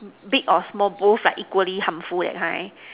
big or small both like equally harmful that kind